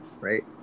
right